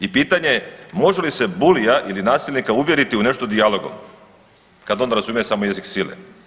I pitanje je može li se bulija ili nasilnika uvjeriti u nešto dijalogom kad on razumije samo jezik sile?